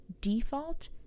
default